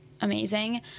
amazing